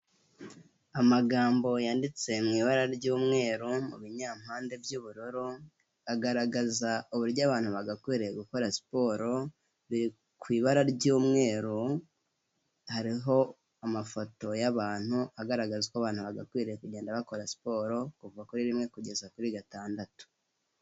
Amagambo yanditse mu ibara ry'umweru mu binyampande by'ubururu, agaragaza uburyo abantu bagakwiriye gukora siporo ku ibara ry'umweru hariho amafoto y'abantu agaragaza uko abantu bagakwiriye kugenda bakora siporo kuva kuri rimwe kugeza kuri gatandatu.